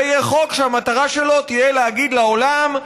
זה יהיה חוק שהמטרה שלו תהיה להגיד לעולם: